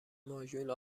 ماژول